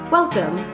Welcome